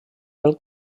pel